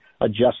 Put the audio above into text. adjust